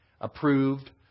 approved